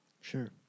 Sure